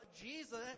jesus